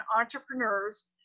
entrepreneurs